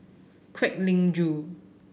Kwek Leng Joo